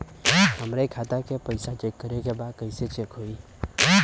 हमरे खाता के पैसा चेक करें बा कैसे चेक होई?